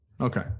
Okay